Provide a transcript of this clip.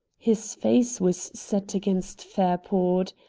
his face was set against fairport.